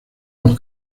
los